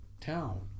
town